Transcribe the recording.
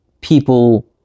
people